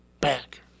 back